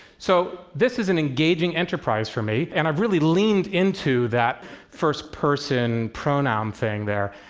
so this is an engaging enterprise for me, and i've really leaned into that first person pronoun thing there,